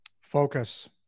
Focus